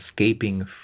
escaping